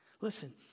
Listen